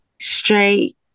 straight